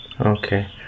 Okay